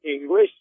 English